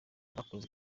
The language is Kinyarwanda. bakoze